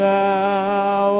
thou